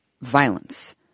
violence